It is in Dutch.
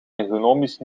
ergonomisch